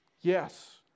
yes